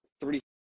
three